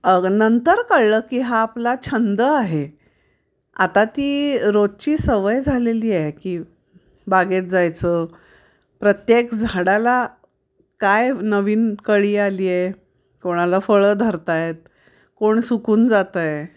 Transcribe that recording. अ नंतर कळलं की हा आपला छंद आहे आता ती रोजची सवय झालेली आहे की बागेत जायचं प्रत्येक झाडाला काय नवीन कळी आली आहे कोणाला फळं धरत आहेत कोण सुकून जातं आहे